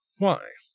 why?